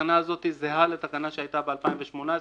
התקנה הזאת זהה לתקנה שהיתה ב-2018,